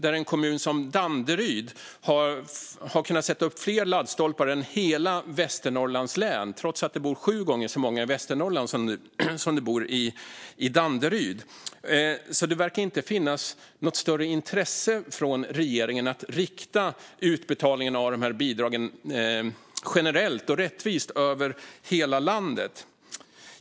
I en kommun som Danderyd har man kunnat sätta upp fler laddstolpar än man har gjort i hela Västernorrlands län, trots att det bor sju gånger så många i Västernorrland som det bor i Danderyd. Det verkar alltså inte finnas något större intresse från regeringen av att rikta utbetalningarna av dessa bidrag generellt och rättvist över hela landet.